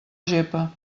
gepa